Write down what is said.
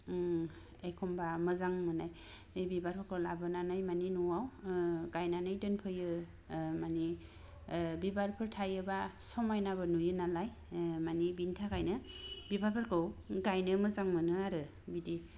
ओ एखम्बा मोजां नुनाय बे बिबारफोरखौ लाबोनानै माने न'आव ओ गायनानै दोनफैयो ओ माने ओ बिबारफोर थायोबा समायनाबो नुयो नालाय ओ माने बेनि थाखायनो बिबारफोरखौ गायनो मोजां मोनो आरो बिदि